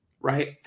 right